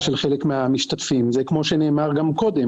תודה רבה.